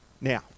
Now